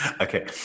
Okay